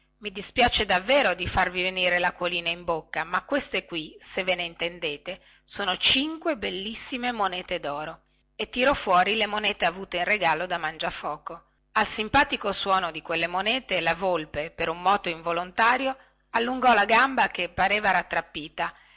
i dispiace davvero di farvi venire lacquolina in bocca ma queste qui se ve ne intendete sono cinque bellissime monete doro e tirò fuori le monete avute in regalo da mangiafoco al simpatico suono di quelle monete la volpe per un moto involontario allungò la gamba che pareva rattrappita